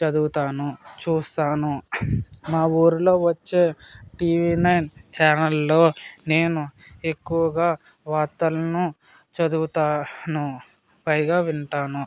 చదువుతాను చూస్తాను మా ఊరిలో వచ్చే టీవీ నైన్ ఛానల్లో నేను ఎక్కువగా వార్తలను చదువుతాను పైగా వింటాను